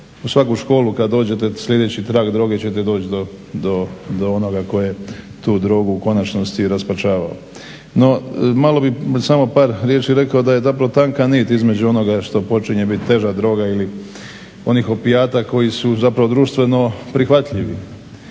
U svaku školu kad dođete slijedeći trag droge ćete doći do onoga tko je tu drogu u konačnosti i raspačavao. No, malo bih samo par riječi rekao da je zapravo tanka nit između onoga što počinje biti teža droga ili onih opijata koji su zapravo društveno prihvatljivi.